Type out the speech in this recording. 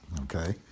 okay